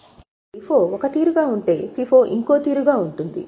ఇప్పుడు LIFO ఒక తీరుగా ఉంటే FIFO ఇంకో తీరుగా ఉంటుంది